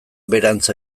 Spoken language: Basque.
beherantz